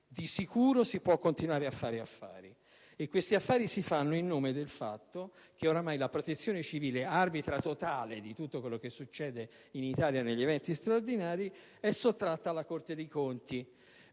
di sicuro si può continuare a fare affari. E questi affari si fanno in nome del fatto che ormai la Protezione civile, arbitra totale di tutto quel che succede in Italia negli eventi straordinari, è sottratta alla Corte dei conti.